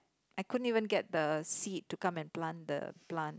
I couldn't even get the seed to come and plant the plant